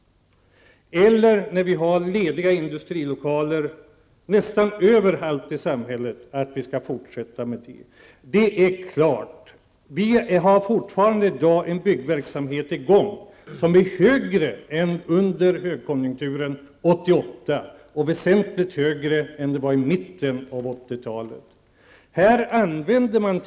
Eller att vi skall fortsätta att bygga industrilokaler trots att vi har lediga industrilokaler nästan överallt i samhället? Vi har i dag fortfarande en byggverksamhet i gång som är högre än under högkonjunkturen 1988 och väsentligt högre än i mitten av 1980-talet.